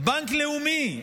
בנק לאומי,